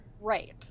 Right